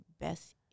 best